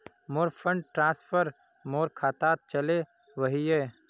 मोर fund transfer मोर खातात चले वहिये